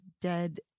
dead